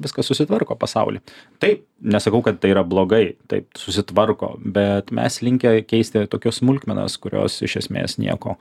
viskas susitvarko pasauly taip nesakau kad tai yra blogai taip susitvarko bet mes linkę keisti tokias smulkmenas kurios iš esmės nieko